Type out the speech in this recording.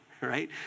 right